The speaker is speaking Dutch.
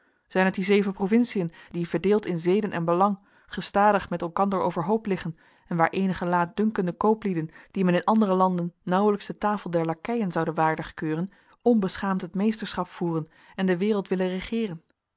zijn het die zeven provinciën die verdeeld in zeden en belang gestadig met elkander overhoop liggen en waar eenige laatdunkende kooplieden die men in andere landen nauwelijks de tafel der lakeien zoude waardig keuren onbeschaamd het meesterschap voeren en de wereld willen regeeren